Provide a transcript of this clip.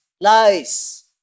lies